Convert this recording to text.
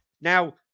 now